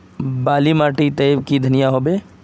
बाली माटी तई की धनिया होबे?